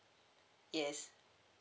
yes